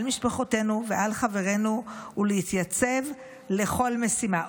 על משפחותינו ועל חברינו ולהתייצב לכל משימה.